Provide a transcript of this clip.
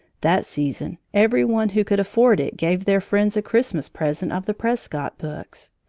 that season every one who could afford it gave their friends a christmas present of the prescott books.